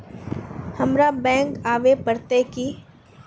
हमरा बैंक आवे पड़ते की?